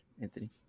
Anthony